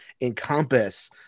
encompass